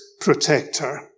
protector